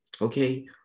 Okay